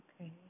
Okay